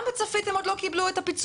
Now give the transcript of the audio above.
גם בצפית הם עוד לא קיבלו את הפיצויים